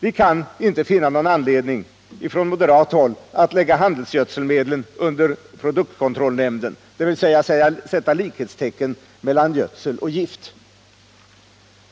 Vi kan från moderat håll inte finna någon anledning att lägga handelsgödselmedlen under produktkontrollnämnden, dvs. sätta likhetstecken mellan gödsel och gift.